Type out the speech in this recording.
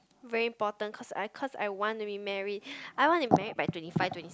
very important cause I cause I want to be married I want to be married by twenty five twenty~